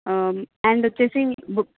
and వచ్చేసి book